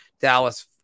Dallas